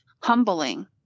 humbling